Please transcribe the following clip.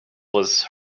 was